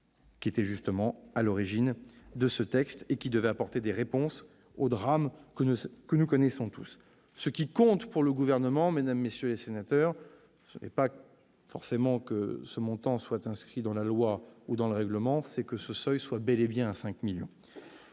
qui est justement à l'origine de ce texte destiné à apporter des réponses au drame que nous connaissons tous. Ce qui compte pour le Gouvernement, mesdames, messieurs les sénateurs, ce n'est pas forcément que ce seuil soit inscrit dans la loi ou le règlement, mais qu'il s'établisse bel et bien à 5 millions